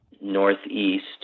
northeast